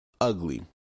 ugly